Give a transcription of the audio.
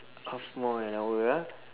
half more an hour ah